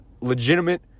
legitimate